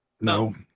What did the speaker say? No